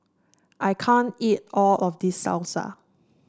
I can't eat all of this Salsa